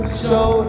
show